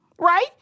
Right